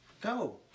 Go